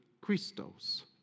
Christos